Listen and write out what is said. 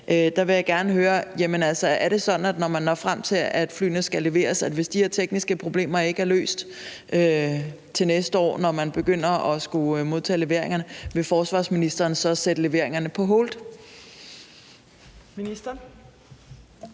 Jeg vil gerne høre: Er det sådan, når man når frem til, at flyene skal leveres, at hvis de her tekniske problemer ikke er løst til næste år, når man begynder at skulle modtage leveringerne, så vil forsvarsministeren sætte leveringerne på hold?